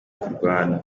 kurwana